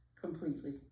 completely